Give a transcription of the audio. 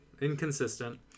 Inconsistent